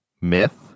myth